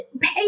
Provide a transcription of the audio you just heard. pay